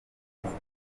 virusi